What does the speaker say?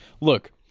Look